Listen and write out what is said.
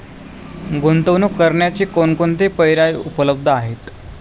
गुंतवणूक करण्याचे कोणकोणते पर्याय उपलब्ध आहेत?